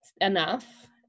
enough